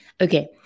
Okay